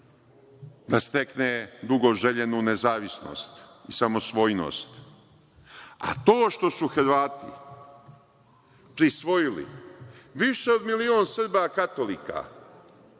da stekne dugo željenu nezavisnost i samosvojnost. A, to što su Hrvati prisvojili više od milion Srba katolika